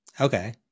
Okay